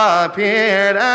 appeared